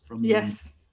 Yes